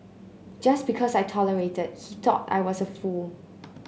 just because I tolerated he thought I was a fool